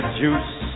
juice